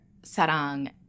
Sarang